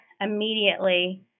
immediately